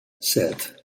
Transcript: set